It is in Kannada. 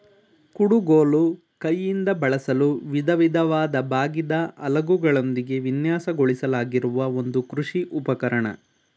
ಕುಡುಗೋಲು ಕೈಯಿಂದ ಬಳಸಲು ವಿಧವಿಧವಾದ ಬಾಗಿದ ಅಲಗುಗಳೊಂದಿಗೆ ವಿನ್ಯಾಸಗೊಳಿಸಲಾಗಿರುವ ಒಂದು ಕೃಷಿ ಉಪಕರಣ